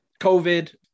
covid